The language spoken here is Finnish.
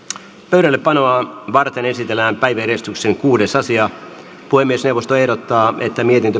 pöydällepanoa varten esitellään päiväjärjestyksen kuudes asia puhemiesneuvosto ehdottaa että mietintö